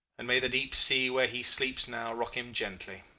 and may the deep sea where he sleeps now rock him gently,